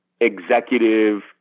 executive